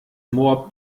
moor